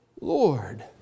Lord